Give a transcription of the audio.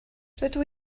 rydw